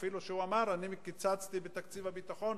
הוא אפילו אמר: אני קיצצתי בתקציב הביטחון